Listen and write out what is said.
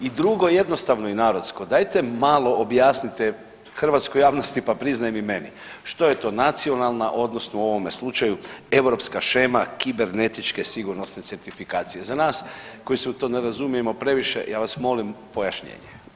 I drugo jednostavno i narodsko, dajte malo objasnite hrvatskoj javnosti, pa priznajte i meni što je to nacionalna odnosno u ovome slučaju europska shema kibernetičke sigurnosne certifikacije, za nas koji se u to ne razumijemo previše ja vas molim pojašnjenje.